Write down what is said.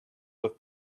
with